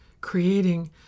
creating